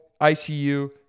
ICU